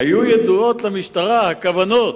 למשטרה היו ידועות כוונות